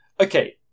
Okay